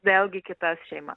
vėlgi kitas šeimas